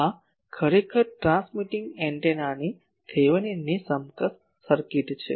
આ ખરેખર ટ્રાન્સમિટિંગ એન્ટેનાની થેવેનિનની સમકક્ષ સર્કિટ છે